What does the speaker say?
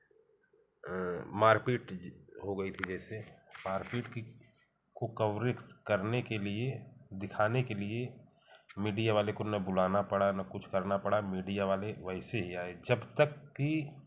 मारपीट हो गई थी जैसे मारपीट की को कवरेज करने के लिए दिखाने के लिए मीडिया वालों को ना बुलाना पड़ा ना कुछ करना पड़ा मीडिया वाले वैसे ही आए जब तक कि